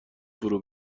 فرو